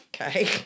Okay